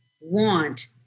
want